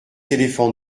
éléphants